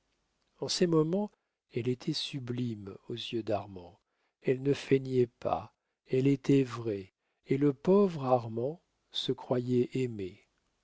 en ces moments elle était sublime aux yeux d'armand elle ne feignait pas elle était vraie et le pauvre amant se croyait aimé